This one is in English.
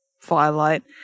firelight